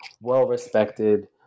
well-respected